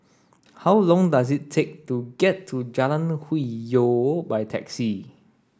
how long does it take to get to Jalan Hwi Yoh by taxi